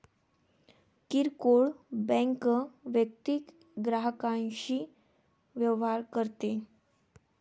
किरकोळ बँक वैयक्तिक ग्राहकांशी व्यवहार करते